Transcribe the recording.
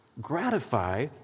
gratify